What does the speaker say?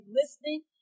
listening